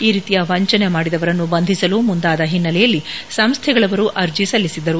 ಈ ರೀತಿಯ ವಂಚನೆ ಮಾಡಿದವರನ್ನು ಬಂಧಿಸಲು ಮುಂದಾದ ಹಿನ್ನೆಲೆಯಲ್ಲಿ ಸಂಸ್ಥೆಗಳವರು ಅರ್ಜಿ ಸಲ್ಲಿಸಿದ್ದರು